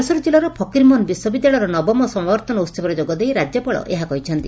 ବାଲେଶ୍ୱର ଜିଲ୍ଲାର ଫକୀରମୋହନ ବିଶ୍ୱବିଦ୍ୟାଳୟର ନବମ ସମାବର୍ତ୍ତନ ଉହବରେ ଯୋଗଦେଇ ରାଜ୍ୟପାଳ ଏହା କହିଛନ୍ତି